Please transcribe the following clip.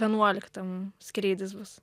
vienuoliktą mum skrydis bus